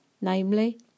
namely